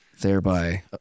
Thereby